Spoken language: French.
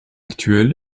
actuel